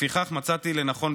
לפיכך מצאתי לנכון,